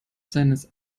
seines